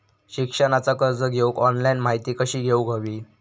शिक्षणाचा कर्ज घेऊक ऑनलाइन माहिती कशी घेऊक हवी?